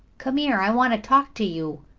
come here, i want to talk to you,